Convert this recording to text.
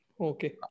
okay